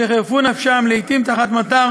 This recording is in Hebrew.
שחירפו נפשם, לעתים תחת מטר